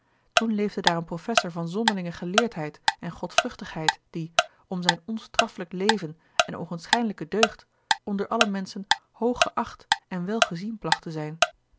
toen leefde daar een professor van zonderlinge geleerdheid en godvruchtigheid die om zijn onstoffelijk leven en oogenschijnlijke deugd onder alle menschen hoog geacht en wel gezien placht te zijn